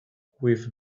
with